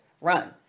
run